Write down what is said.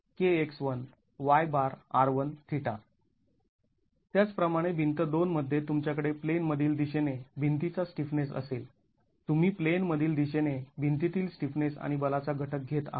त्याचप्रमाणे भिंत २ मध्ये तुमच्याकडे प्लेन मधील दिशेने भिंतीचा स्टिफनेस असेल तुम्ही प्लेन मधील दिशेने भिंतीतील स्टिफनेस आणि बलाचा घटक घेत आहात